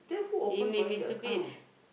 he may be stupid